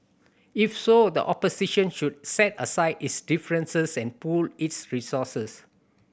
if so the opposition should set aside its differences and pool its resources